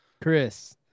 Chris